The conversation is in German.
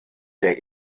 der